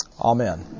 Amen